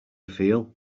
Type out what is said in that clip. feel